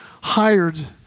hired